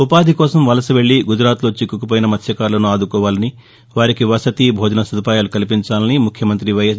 ఉపాధికోసం వలస వెల్లి గుజరాత్లో చిక్కుకుపోయిన మత్స్వకారులసు ఆదుకోవాలని వారికి వసతి భోజన సదుపాయం కల్పించాలని ముఖ్యమంత్రి వైఎస్